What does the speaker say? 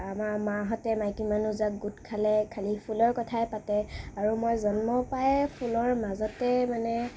আমাৰ মাহঁতে মাইকী মানুহজাক গোট খালে খালি ফুলৰ কথাই পাতে আৰু মই জন্মৰপৰাই ফুলৰ মাজতে মানে